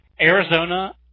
Arizona